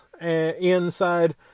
inside